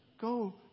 go